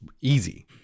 Easy